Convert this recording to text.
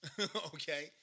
Okay